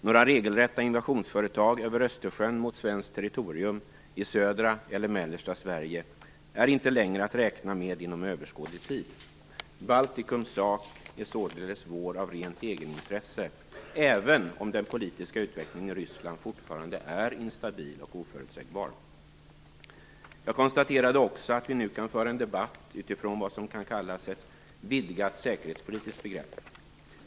Några regelrätta invasionsföretag över Östersjön mot svenskt territorium i södra eller mellersta Sverige är inte längre att räkna med inom överskådlig tid. Baltikums sak är således vår av rent egenintresse - även om den politiska utvecklingen i Ryssland fortfarande är instabil och oförutsägbar. Jag konstaterade också att vi nu kan föra en debatt utifrån vad som kallas ett vidgat säkerhetspolitiskt begrepp.